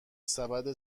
سبد